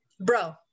bro